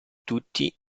tutti